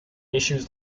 issues